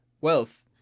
wealth